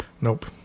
Nope